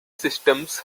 systems